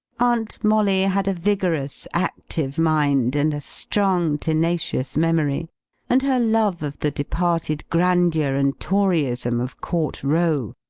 aunt molly had a vigorous, active mind, and a strong, tenacious memory and her love of the departed grandeur and toryism of court row,